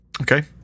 Okay